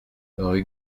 rue